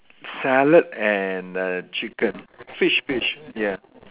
salad and uh chicken fish fish ya